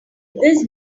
this